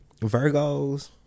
Virgos